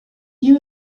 you